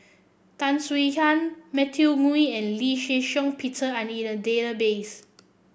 Tan Swie Hian Matthew Ngui and Lee Shih Shiong Peter are in the database